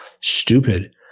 stupid